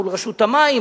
מול רשות המים,